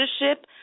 leadership